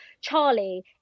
Charlie